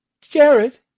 Jared